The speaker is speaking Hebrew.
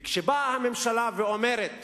כשבאה הממשלה ואומרת